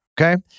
Okay